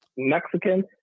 Mexican